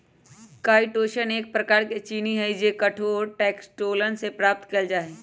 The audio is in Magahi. काईटोसन एक प्रकार के चीनी हई जो कठोर एक्सोस्केलेटन से प्राप्त कइल जा हई